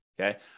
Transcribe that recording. Okay